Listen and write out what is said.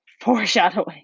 foreshadowing